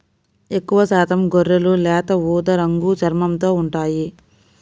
ఎక్కువశాతం గొర్రెలు లేత ఊదా రంగు చర్మంతో ఉంటాయి